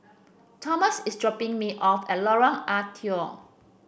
Thomas is dropping me off at Lorong Ah Thia